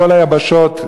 מכל היבשות,